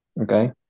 Okay